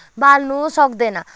बाल्नु सक्दैन